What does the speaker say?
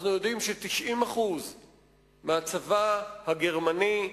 אנחנו יודעים ש-90% מהצבא הגרמני,